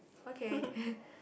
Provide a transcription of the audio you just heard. okay